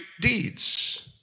deeds